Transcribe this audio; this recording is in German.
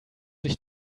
sich